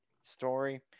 story